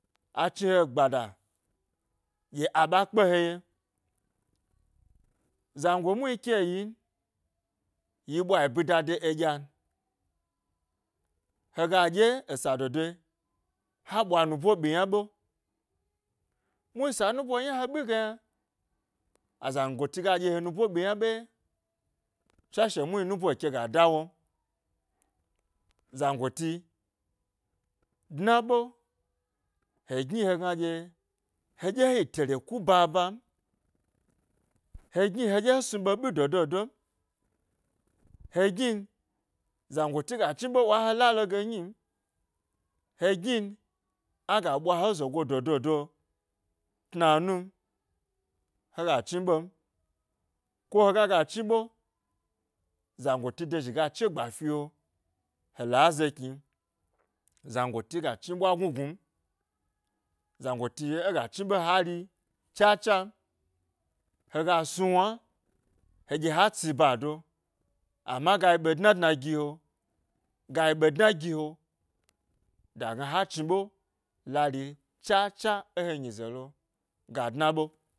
Achni he gbada aɗye aɓa kpe he ye zango muhni ke yin yi ɓwayi bida de eɗyan hega ɗye esa dodoyi ha ɓwa nuboɓiynaɓo, muhni sa nubo yna he ɓi ge yna aazangoti ga ɗye he nubo ɓi yna ɓeye tswashe muhni nubo eke ga da wom, zangoti dna ɓe he gna ɗye hegna ɗye he ɗye he yi tere ku baba n he gni keɗye snu ɓeɓi do, do, do, m he gnin, zangoti ga chni ‘ɓe wa he la loge nyim, he gnin, aga ɓwa e zogo do do do tna num hega chni ɓem, ko he gaga chni ɓe zangoti do zhi ga chegba fi he, he la ze kni zangoti ga chni ɓwa gnu gnu m, zangoti hega chni ɓe ha ri chachan hega snu wna he ɗye ha tsi ba do anna ga yi ɓe dna dna gi he gayi ɓe dna gi he ɗye agna he chni ɓe lari cha cha e he nyize lo ga dna ɓe